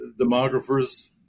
demographers